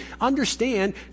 Understand